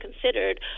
considered